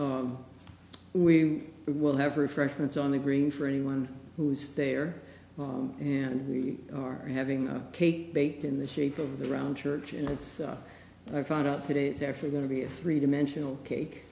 we will have refreshments on the green for anyone who's there and we are having a cake baked in the shape of the round church and as i found out today it's actually going to be a three dimensional cake